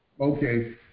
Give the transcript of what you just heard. Okay